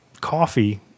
coffee